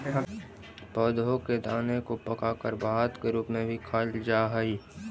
पौधों के दाने को पकाकर भात के रूप में भी खाईल जा हई